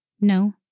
No